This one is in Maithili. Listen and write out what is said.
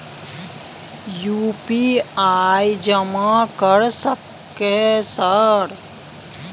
यु.पी.आई जमा कर सके सर?